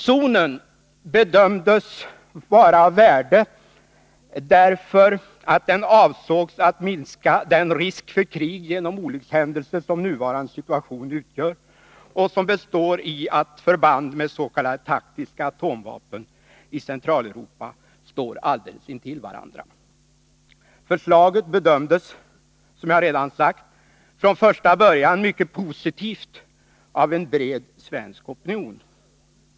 Zonen bedömdes vara av värde därför att den ansågs minska den risk för krig genom olyckshändelse som nuvarande situation utgör och som består i att förband med s.k. taktiska atomvapen i Centraleuropa står alldeles intill varandra. Förslaget bedömdes, som jag redan sagt, från första början mycket positivt av en bred svensk opinion.